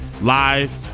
live